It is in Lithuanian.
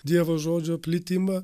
dievo žodžio plitimą